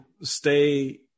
stay